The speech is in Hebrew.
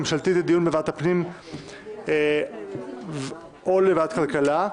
הממשלתית לדיון בוועדת הפנים או לוועדת הכלכלה.